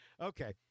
okay